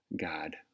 God